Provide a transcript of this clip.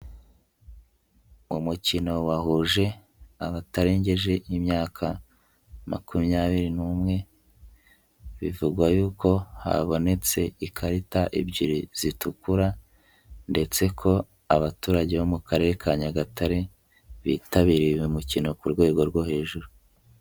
Umukino wahuje abatarengeje imyaka makumyabiri n'umwe bivugwa yuko habonetse ikarita ebyiri zitukura ndetse ko abaturage bo mu Karere ka Nyagatare bitabiriye uyu mukino ku rwego rwo hejuru.